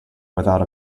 without